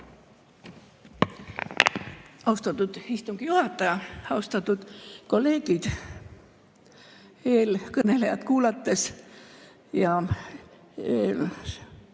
Austatud istungi juhataja! Austatud kolleegid! Eelkõnelejat kuulates ja oma